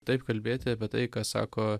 taip kalbėti apie tai ką sako